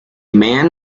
man